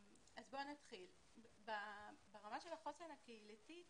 אז בואו נתחיל ברמה של החוסן הקהילתי.